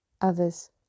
others